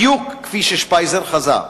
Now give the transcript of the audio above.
בדיוק כפי ששפייזר חזה.